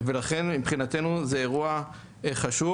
ולכן מבחינתנו זה אירוע חשוב.